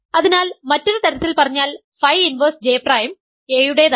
അതിനാൽ മറ്റൊരു തരത്തിൽ പറഞ്ഞാൽ phi inverse J prime A യുടെതാണ്